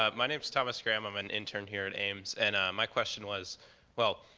ah my name's thomas graham. i'm an intern here at ames. and my question was well,